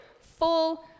full